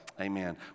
Amen